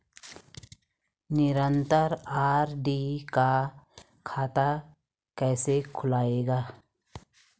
निरन्तर आर.डी का खाता कैसे खुलेगा?